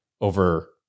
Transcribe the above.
over